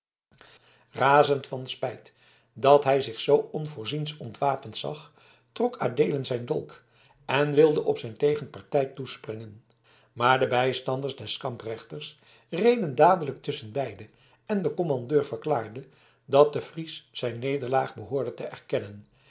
razend van spijt dat hij zich zoo onvoorziens ontwapend zag trok adeelen zijn dolk en wilde op zijn tegenpartij toespringen maar de bijstanders des kamprechters reden dadelijk tusschen beiden en de kommandeur verklaarde dat de fries zijn neerlaag behoorde te erkennen